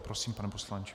Prosím, pane poslanče.